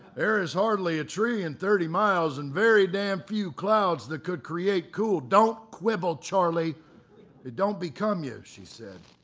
there is hardly a tree in thirty miles and very damn few clouds that could create cool. don't quibble, charlie it don't become you, she said.